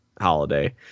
holiday